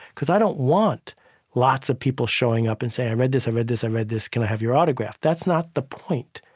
because i don't want lots of people showing up and saying, i read this, i read this, i read this. can i have your autograph? that's not the point.